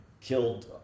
killed